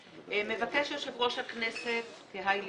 הכנסת, מבקש יושב-ראש הכנסת כהאי לישנא: